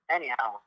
Anyhow